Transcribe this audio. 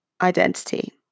identity